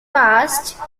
past